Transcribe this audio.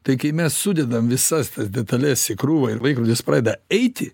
tai kai mes sudedam visas tas detales į krūvą ir laikrodis pradeda eiti